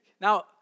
Now